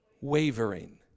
wavering